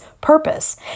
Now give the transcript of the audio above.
purpose